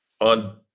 on